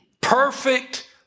Perfect